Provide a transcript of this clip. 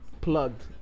Plugged